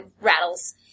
rattles